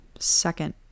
second